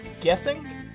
Guessing